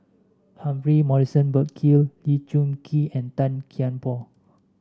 Humphrey Morrison Burkill Lee Choon Kee and Tan Kian Por